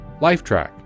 Lifetrack